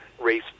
race